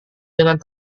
dengan